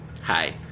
Hi